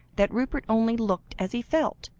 that rupert only looked as he felt,